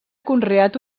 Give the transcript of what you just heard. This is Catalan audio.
conreat